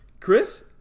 Chris